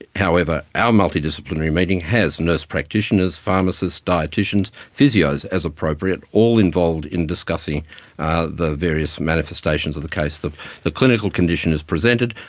however our multidisciplinary meeting has nurse practitioners, pharmacists, dieticians, physios, as appropriate, all involved in discussing the various manifestations of the case. the the clinical condition is presented,